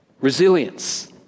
resilience